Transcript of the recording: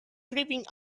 creeping